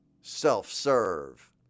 Self-serve